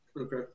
Okay